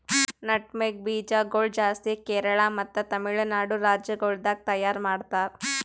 nutmeg ಬೀಜ ಗೊಳ್ ಜಾಸ್ತಿ ಕೇರಳ ಮತ್ತ ತಮಿಳುನಾಡು ರಾಜ್ಯ ಗೊಳ್ದಾಗ್ ತೈಯಾರ್ ಮಾಡ್ತಾರ್